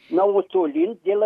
na o tolyn dėl